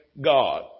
God